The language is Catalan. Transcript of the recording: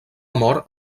mort